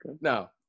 Now